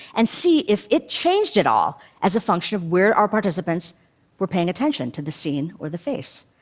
and see if it changed at all as a function of where our participants were paying attention to the scene or the face.